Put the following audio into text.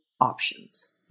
options